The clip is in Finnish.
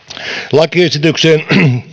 lakiesitykseen